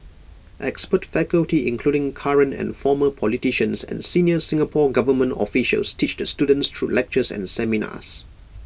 expert faculty including current and former politicians and senior Singapore Government officials teach the students through lectures and seminars